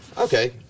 Okay